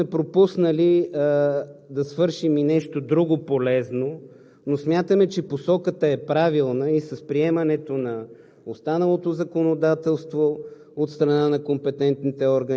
строително-монтажни работи. Със сигурност сме пропуснали да свършим и нещо друго полезно, но смятаме, че посоката е правилна и с приемането на